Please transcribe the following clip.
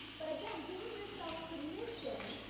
but, again, giving yourself permission,